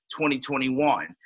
2021